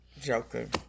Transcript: Joker